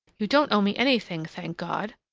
you don't owe me anything, thank god!